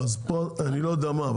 אני לא יודע מה,